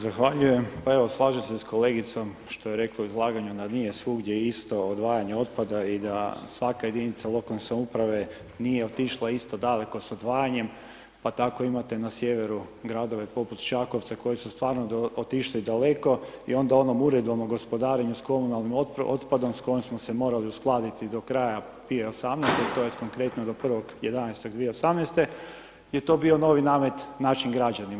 Zahvaljujem, pa evo slažem se s kolegicom što je rekla u izlaganju da nije svugdje isto odvajanje otpada i da svaka jedinica lokalne samouprave nije otišla isto daleko s odvajanjem pa tako imate na sjeveru gradove poput Čakovca koji su stvarno otišli daleko i onda onom uredbom o gospodarenju s komunalnim otpadom s kojom smo se morali uskladiti do kraja 2018. tj. konkretno do 1.11.2018. je to bio novi namet našim građanima.